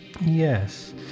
Yes